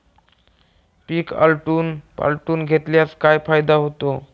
पीक आलटून पालटून घेतल्यास काय फायदा होतो?